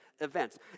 events